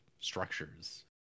structures